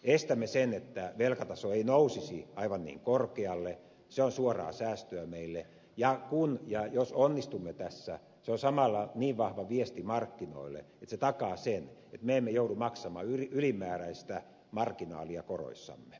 estämme sen että velkataso ei nousisi aivan niin korkealle se on suoraa säästöä meille ja kun ja jos onnistumme tässä se on samalla niin vahva viesti markkinoille että se takaa sen että me emme joudu maksamaan ylimääräistä marginaalia koroissamme